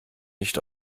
nicht